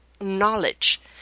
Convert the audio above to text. knowledge